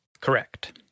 Correct